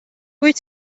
wyt